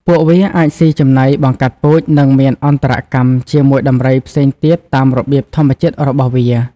ពួកវាអាចស៊ីចំណី បង្កាត់ពូជ និងមានអន្តរកម្មជាមួយដំរីផ្សេងទៀតតាមរបៀបធម្មជាតិរបស់វា។